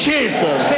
Jesus